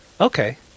okay